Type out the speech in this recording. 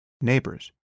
neighbors